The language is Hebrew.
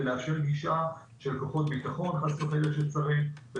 ולאפשר גישה של כוחות ביטחון כשצריך חס וחלילה,